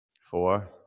four